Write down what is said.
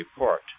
report